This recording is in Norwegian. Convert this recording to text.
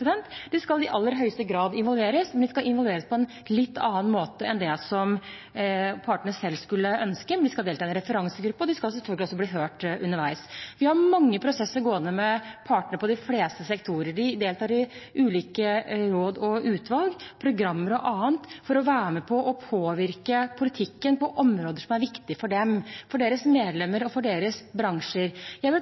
utvalget. De skal i aller høyeste grad involveres, men de skal involveres på en litt annen måte enn det partene selv skulle ønske. De skal delta i en referansegruppe, og de skal selvfølgelig også bli hørt underveis. Vi har mange prosesser gående med partene i de fleste sektorer. De deltar i ulike råd og utvalg, programmer og annet for å være med på å påvirke politikken på områder som er viktige for dem, for deres medlemmer og for deres bransjer. Jeg vil